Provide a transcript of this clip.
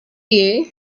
you